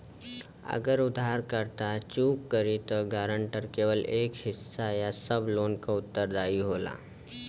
अगर उधारकर्ता चूक करि त गारंटर केवल एक हिस्सा या सब लोन क उत्तरदायी होला